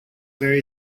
very